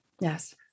Yes